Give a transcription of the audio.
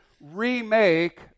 remake